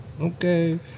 Okay